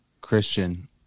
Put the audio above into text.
Christian